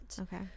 okay